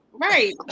Right